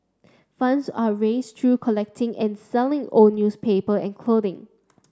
funds are raised through collecting and selling old newspaper and clothing